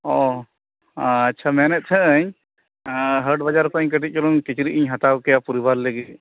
ᱚᱻ ᱟᱪᱪᱷᱟ ᱢᱮᱱᱮᱫ ᱛᱟᱦᱮᱸᱫ ᱟᱹᱧ ᱦᱟᱴ ᱵᱟᱡᱟᱨ ᱠᱚᱜ ᱟᱹᱧ ᱠᱟᱹᱴᱤᱡ ᱪᱩᱞᱩᱝ ᱠᱤᱪᱨᱤᱡ ᱤᱧ ᱦᱟᱛᱟᱣ ᱠᱮᱭᱟ ᱯᱚᱨᱤᱵᱟᱨ ᱞᱟᱹᱜᱤᱫ